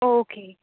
okay